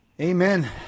Amen